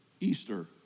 Easter